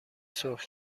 سرخ